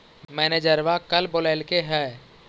मैनेजरवा कल बोलैलके है?